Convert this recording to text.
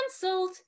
Cancelled